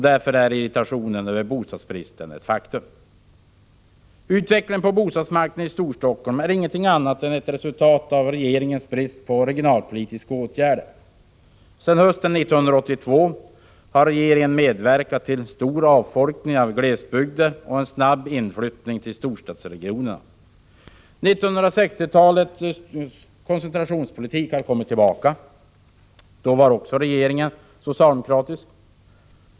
Därför är irritationen över bostadsbristen ett faktum. Utvecklingen på bostadsmarknaden i Storstockholm är ingenting annat än ett resultat av regeringens brist på regionalpolitiska åtgärder. Sedan hösten 1982 har regeringen medverkat till stor avfolkning av glesbygder och en snabb inflyttning till storstadsregionerna. 1960-talets koncentrationspolitik har kommit tillbaka. Också då var regeringen socialdemokratisk.